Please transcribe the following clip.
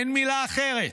אין מילה אחרת.